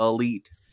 Elite